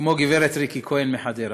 כמו גברת ריקי כהן מחדרה,